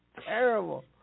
Terrible